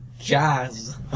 jazz